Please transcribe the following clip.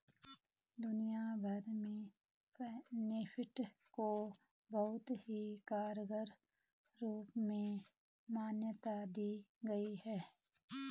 दुनिया भर में नेफ्ट को बहुत ही कारगर रूप में मान्यता दी गयी है